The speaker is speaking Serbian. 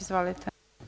Izvolite.